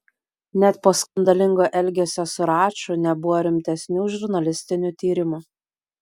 net po skandalingo elgesio su raču nebuvo rimtesnių žurnalistinių tyrimų